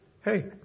hey